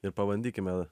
ir pabandykime